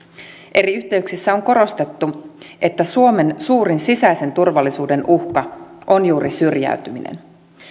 eri yhteyksissä on korostettu että suomen suurin sisäisen turvallisuuden uhka on juuri syrjäytyminen